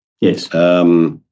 Yes